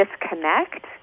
disconnect